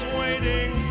waiting